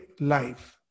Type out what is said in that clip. life